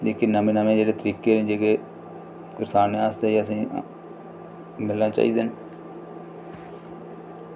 जेह्के नमें नमें तरीके न जेह्ड़े करसानै आस्तै एह् असेंगी मिलना चाहिदा नी